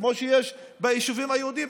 כמו שיש ביישובים היהודיים,